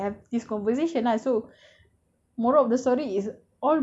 so I so I I thought I have this conversation lah so